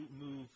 move